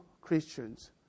Christians